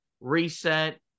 reset